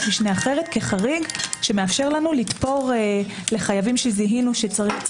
משנה אחרת כחריג שמאפשר לנו לתפור לחייבים שזיהינו שצריך.